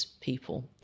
people